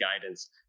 guidance